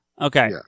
Okay